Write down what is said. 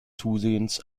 zusehends